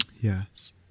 Yes